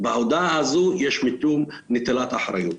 בהודאה הזו יש משום נטילת אחריות.